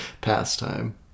pastime